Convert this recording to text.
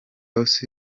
ross